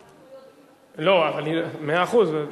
לא, מאה אחוז.